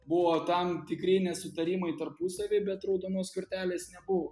buvo tam tikri nesutarimai tarpusavy bet raudonos kortelės nebuvo